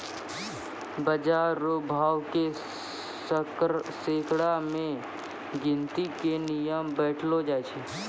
बाजार रो भाव के सैकड़ा मे गिनती के नियम बतैलो जाय छै